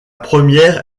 première